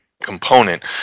Component